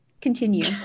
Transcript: continue